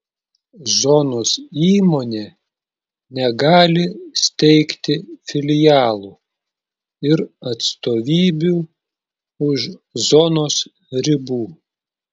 zonos įmonė negali steigti filialų ir atstovybių už zonos ribų